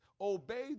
obey